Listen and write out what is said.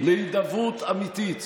להידברות אמיתית,